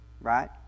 right